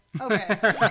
Okay